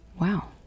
Wow